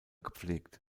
gepflegt